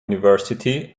university